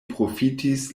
profitis